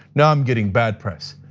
now i'm getting bad press.